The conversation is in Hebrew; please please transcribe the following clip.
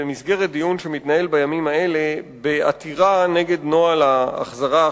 במסגרת דיון שמתנהל בימים אלה בעתירה נגד נוהל ההחזרה החמה,